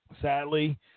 sadly